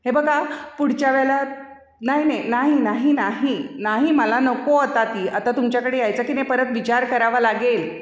हे बघा पुढच्या वेळा नाही नाही मला नको आता ती आता तुमच्याकडे यायचा की नाही परत विचार करावा लागेल